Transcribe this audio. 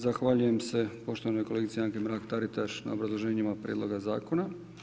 Zahvaljujem se poštovanoj kolegici Anki Mrak-Taritaš na obrazloženjima prijedloga zakona.